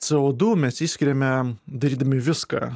cė o du mes išskiriame darydami viską